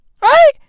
Right